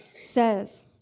says